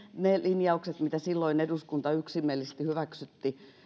ne linjaukset mitkä silloin eduskunta yksimielisesti hyväksyi